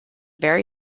very